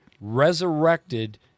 resurrected